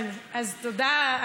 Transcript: אז תודה,